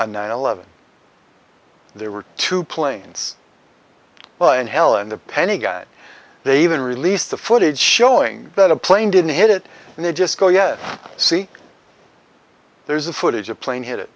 on nine eleven there were two planes flying hell and the penny god they even released the footage showing that a plane didn't hit it and they just go yes see there's the footage of plane hit